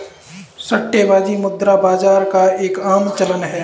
सट्टेबाजी मुद्रा बाजार का एक आम चलन है